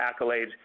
accolades